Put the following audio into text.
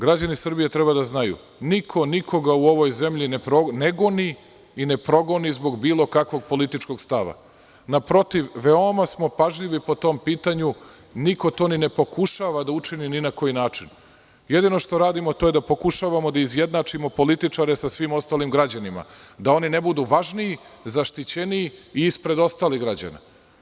Građani Srbije treba da znaju niko nikoga u ovoj zemlji ne goni i ne progoni zbog bilo kakvog političkog stava naprotiv veoma smo pažljivi po tom pitanju i niko to ne pokušava da učini ni na koji način, jedino što radimo jeste da pokušavamo da izjednačimo političare sa svim ostalim građanima, da oni ne budu važniji, zaštićeniji i ispred ostalih građana.